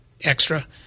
extra